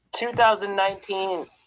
2019